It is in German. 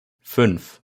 fünf